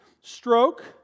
stroke